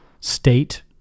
state